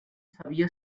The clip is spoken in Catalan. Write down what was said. sabia